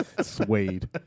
suede